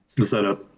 setup.